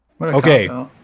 Okay